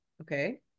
Okay